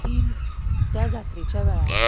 तीन त्या जात्रेच्या वेळार